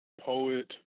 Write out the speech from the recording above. poet